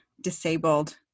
disabled